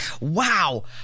Wow